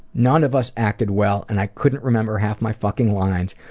none of us acted well, and i couldn't remember half my fucking lines,